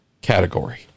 category